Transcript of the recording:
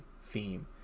theme